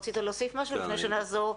רצית להוסיף משהו לפני שנעבור?